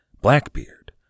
Blackbeard